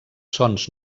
sons